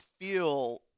feel